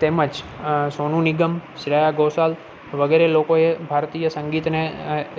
તેમ જ સોનું નિગમ શ્રેયા ઘોસાલ વગેરે લોકોએ ભારતીય સંગીતને